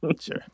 Sure